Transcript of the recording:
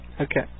Okay